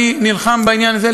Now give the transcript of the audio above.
אני נלחם בעניין הזה,